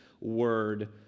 word